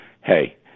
hey